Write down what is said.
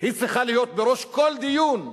צריך להיות בראש כל דיון,